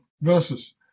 versus